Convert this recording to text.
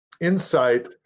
insight